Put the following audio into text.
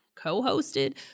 Co-hosted